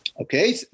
Okay